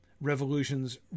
revolutions